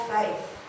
faith